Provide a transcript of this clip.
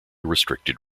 restricted